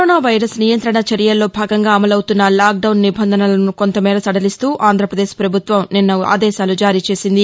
corona virus నియంత్రణ చర్యల్లో భాగంగా అమలవుతున్న లాక్డౌన్ నిబంధనలను కొంతమేర సడలిస్తూ ఆంధ్రాపదేశ్ ప్రభుత్వం నిన్న ఆదేశాలు జారీ చేసింది